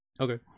okay